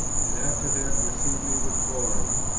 and after that receive me with glory.